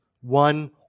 One